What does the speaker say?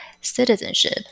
citizenship